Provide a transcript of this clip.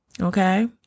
Okay